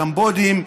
הקמבודים,